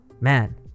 Man